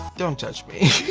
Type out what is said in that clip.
don't judge me!